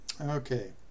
okay